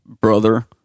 Brother